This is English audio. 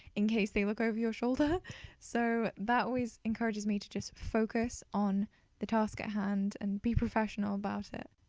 in case they look over your shoulder so that always encourages me to just focus on the task at hand and be professional about it.